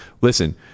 Listen